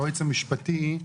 היועץ המשפטי,